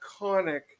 iconic